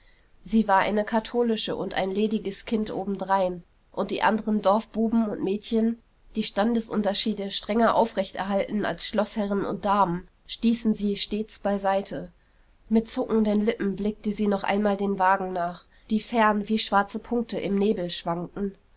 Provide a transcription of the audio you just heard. sie war eine katholische und ein lediges kind obendrein und die anderen dorfbuben und mädchen die standesunterschiede strenger aufrecht erhalten als schloßherren und damen stießen sie stets beiseite mit zuckenden lippen blickte sie noch einmal den wagen nach die fern wie schwarze punkte im nebel schwankten